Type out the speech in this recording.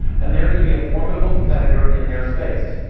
and they're going to be a formidable competitor in their space.